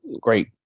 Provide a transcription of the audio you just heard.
great